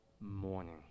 morning